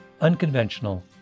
unconventional